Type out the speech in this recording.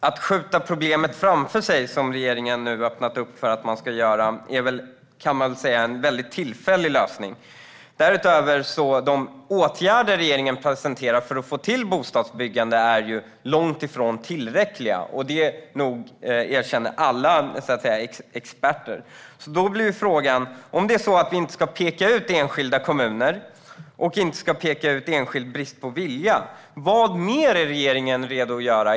Herr talman! Att skjuta problem framför sig som regeringen nu har öppnat för att göra kan man säga är en väldigt tillfällig lösning. De åtgärder som regeringen presenterar för att få till stånd bostadsbyggande är långt ifrån tillräckliga. Det erkänner alla experter. Om det är så att vi inte ska peka ut enskilda kommuner eller enskild brist på vilja blir frågan: Vad mer är regeringen redo att göra?